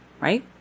right